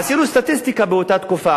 עשינו סטטיסטיקה באותה תקופה,